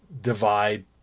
divide